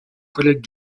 collègues